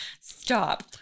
Stop